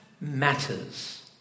matters